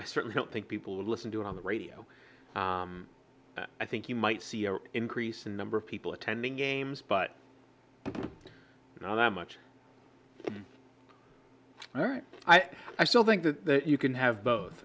i certainly don't think people would listen to it on the radio i think you might see an increase in number of people attending games but you know that much all right i i still think that you can have both